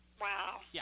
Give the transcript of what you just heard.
Wow